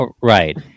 right